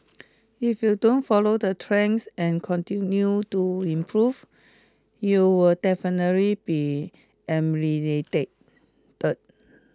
if you don't follow the trends and continue to improve you'll definitely be